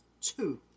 Two